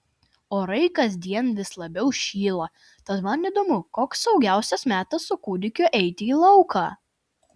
orai kasdien vis labiau šyla tad man įdomu koks saugiausias metas su kūdikiu eiti į lauką